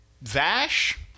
Vash